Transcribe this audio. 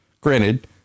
Granted